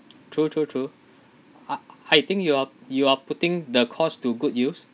true true true I I think you are you are putting the cost to good use